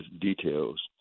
details